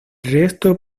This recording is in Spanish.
resto